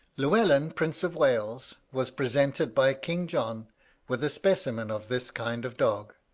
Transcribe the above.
llewellyn, prince of wales, was presented by king john with a specimen of this kind of dog.